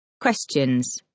Questions